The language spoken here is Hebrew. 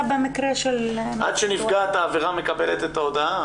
במקרה של --- עד שנפגעת העבירה מקבלת את ההודעה